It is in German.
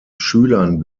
schülern